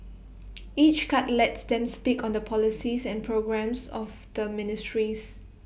each cut lets them speak on the policies and programmes of the ministries